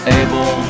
able